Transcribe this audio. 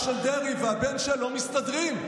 אח של דרעי והבן-של לא מסתדרים,